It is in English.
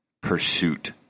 pursuit